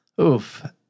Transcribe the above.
Oof